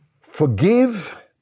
forgive